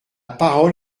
parole